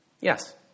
Yes